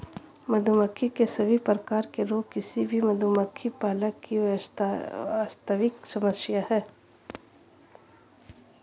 मधुमक्खी के सभी प्रकार के रोग किसी भी मधुमक्खी पालक की वास्तविक समस्या है